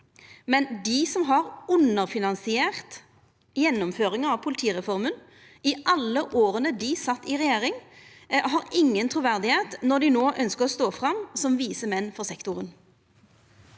Men dei som har underfinansiert gjennomføringa av politireforma i alle åra dei sat i regjering, har ikkje noko truverd når dei no ønskjer å stå fram som vise menn for sektoren.